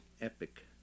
epic